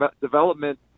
development